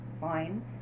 fine